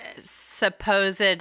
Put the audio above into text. supposed